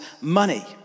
money